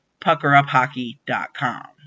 PuckerUpHockey.com